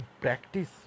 practice